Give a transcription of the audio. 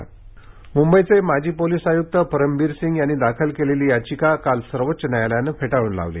परमबीर सिंग मुंबईचे माजी पोलीस आयुक्त परमबीर सिंग यांनी दाखल केलेली याचिका काल सर्वोच्च न्यायालयानं फेटाळली